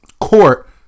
Court